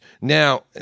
Now